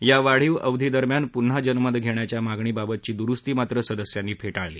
या वाढीव अवधीदरम्यान पुन्हा जनमत घेण्याच्या मागणीबाबतची दुरुस्ती मात्र सदस्यांनी फेटाळली